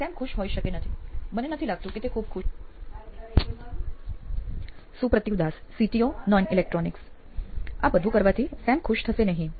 same ખુશ હોઈ શકે નહીં મને નથી લાગતું કે તે ખૂબ હશે સુપ્રતિવ દાસ સીટીઓ નોઇન ઇલેક્ટ્રોનિક્સ આ બધા કરવાથી સેમ ખુશ થશે નહીં